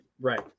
Right